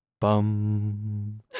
bum